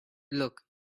look